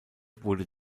wurde